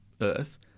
earth